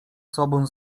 sobą